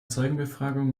zeugenbefragung